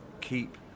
keep